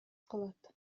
кылат